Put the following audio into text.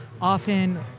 Often